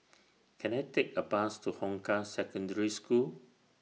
Can I Take A Bus to Hong Kah Secondary School